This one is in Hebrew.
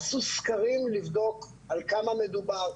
עשו סקרים לבדוק על כמה מדובר,